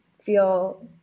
feel